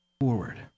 forward